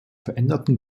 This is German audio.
veränderten